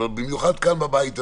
אבל במיוחד הבית הזה,